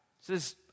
says